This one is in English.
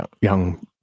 young